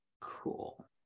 cool